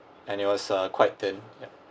and he was uh quite thin ya